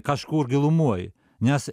kažkur gilumoj nes